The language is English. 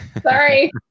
Sorry